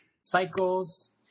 Cycles